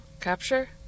Capture